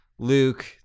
Luke